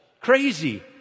Crazy